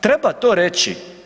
Treba to reći.